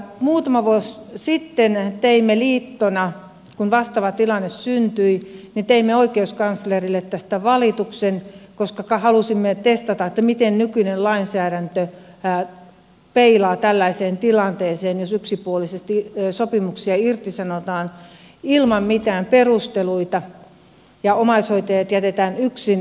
muutama vuosi sitten kun vastaava tilanne syntyi teimme liittona oikeuskanslerille tästä valituksen koska halusimme testata miten nykyinen lainsäädäntö peilaa tällaiseen tilanteeseen jos yksipuolisesti sopimuksia irtisanotaan ilman mitään perusteluita ja omaishoitajat jätetään yksin